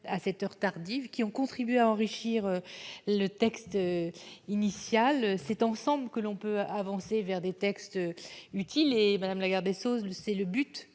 à cette heure tardive, qui ont contribué à enrichir le texte initial, c'est ensemble que l'on peut avancer vers des textes utiles et Madame Lagarde et sauce, c'est le but